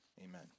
Amen